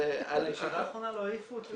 בשנה האחרונה לא העיפו אותי.